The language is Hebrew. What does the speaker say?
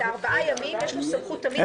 את הארבעה ימים יש לו סמכות תמיד לקצר.